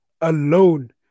alone